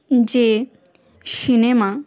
যে সিনেমা